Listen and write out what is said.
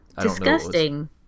Disgusting